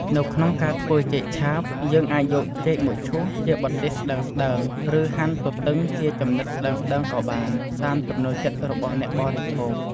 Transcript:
នៅក្នុងការធ្វើចេកឆាប យើងអាចយកចេកមកឈូសជាបន្ទះស្ដើងៗ ឬហាន់ទទឹងជាចំណិតស្ដើងៗក៏បាន តាមចំណូលចិត្តរបស់អ្នកបរិភោគ។